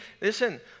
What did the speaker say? listen